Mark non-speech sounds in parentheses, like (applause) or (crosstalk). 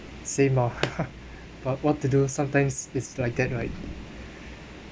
same ah (laughs) but what to do sometimes it's like that right